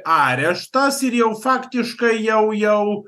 areštas ir jau faktiškai jau jau